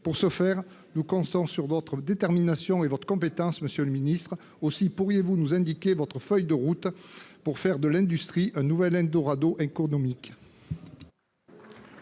Pour ce faire, nous comptons sur votre détermination et votre compétence, monsieur le ministre. Pourriez-vous nous décrire votre feuille de route pour faire de l'industrie un nouvel eldorado économique ?